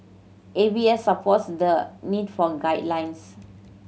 A B S supports the need for guidelines